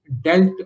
dealt